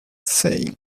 saying